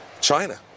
China